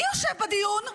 מי יושב בדיון?